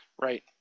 right